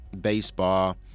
baseball